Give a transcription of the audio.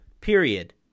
Period